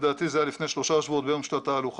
לדעתי זה היה לפני שלושה שבועות ביום של התהלוכה,